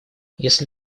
если